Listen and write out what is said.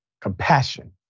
Compassion